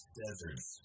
deserts